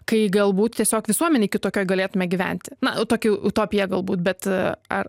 kai galbūt tiesiog visuomenėj kitokia galėtume gyventi na tokių utopija galbūt bet ar